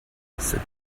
cette